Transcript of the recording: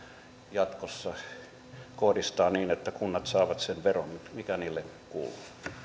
jatkossa kohdistaa niin että kunnat saavat sen veron mikä niille kuuluu